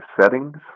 settings